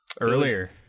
Earlier